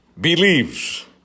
believes